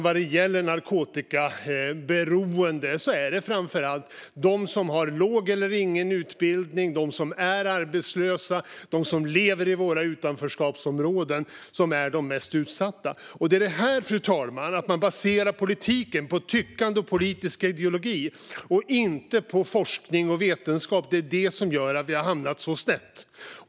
Vad gäller narkotikaberoende är det framför allt de som har låg eller ingen utbildning, de som är arbetslösa och de som lever i våra utanförskapsområden som är de mest utsatta. Det är detta, fru talman - att man baserar politiken på tyckande och politisk ideologi och inte på forskning och vetenskap - som gör att vi har hamnat så snett.